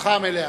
זכותך המלאה.